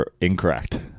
incorrect